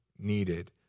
needed